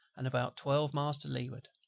and about twelve miles to leeward.